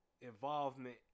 Involvement